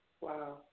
Wow